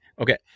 okay